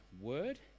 word